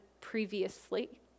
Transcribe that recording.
previously